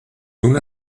una